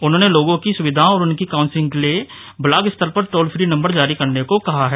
उन्होने लोगो की सुविधाओं और उनकी काउंसलिंग के लिए ब्लाक स्तर पर टोल फ्री नम्बर जारी करने को कहा है